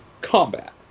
combat